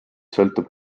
sõltub